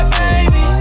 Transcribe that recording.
baby